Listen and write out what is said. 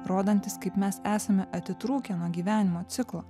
rodantis kaip mes esame atitrūkę nuo gyvenimo ciklo